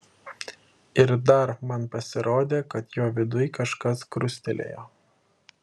ir dar man pasirodė kad jo viduj kažkas krustelėjo